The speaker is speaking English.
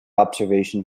observation